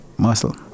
Muscle